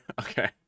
okay